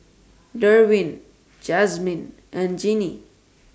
Derwin Jazmine and Jeannie